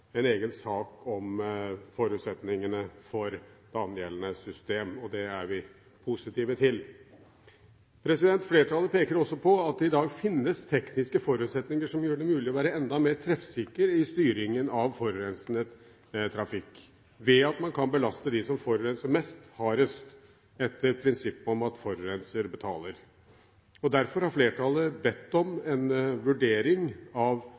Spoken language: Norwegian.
en egen sak om forutsetningene for det angjeldende system. Det er vi positive til. Flertallet peker også på at det i dag fins tekniske forutsetninger som gjør det mulig å være enda mer treffsikker i styringen av forurensende trafikk ved at man kan belaste dem som forurenser mest, hardest, etter prinsippet om at forurenser betaler. Derfor har flertallet bedt om en vurdering av